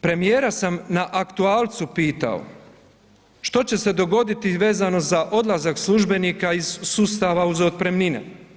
Premijera sam na aktualcu pitao što će se dogoditi vezano za odlazak službenika iz sustava uz otpremnine.